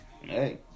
Hey